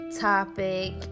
topic